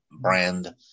brand